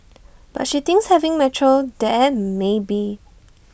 but she thinks having metro there may be